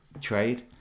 trade